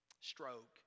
stroke